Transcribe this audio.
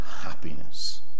happiness